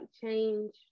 change